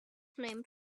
named